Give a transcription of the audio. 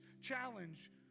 challenge